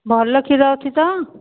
ଭଲ କ୍ଷୀର ଅଛି ତ